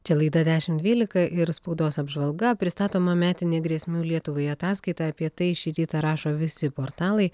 čia laida dešimt dvylika ir spaudos apžvalga pristatoma metinė grėsmių lietuvai ataskaita apie tai šį rytą rašo visi portalai